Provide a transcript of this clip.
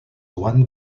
one